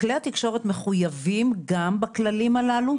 כלי התקשורת מחויבים גם בכללים הללו?